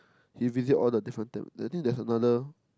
he visit all the different temp~ I think there's another